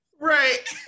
right